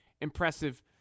impressive